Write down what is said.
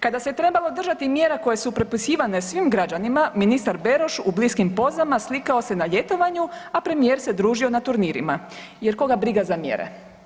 Kada se trebalo držati mjera koje su propisivane svim građanima, ministar Beroš u bliskim pozama slikao se na ljetovanju, a premijer se družio na turnirima jer koga briga za mjere.